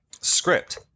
script